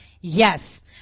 Yes